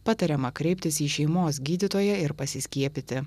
patariama kreiptis į šeimos gydytoją ir pasiskiepyti